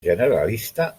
generalista